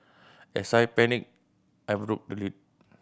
as I panicked I broke the lid